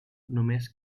només